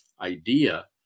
idea